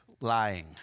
lying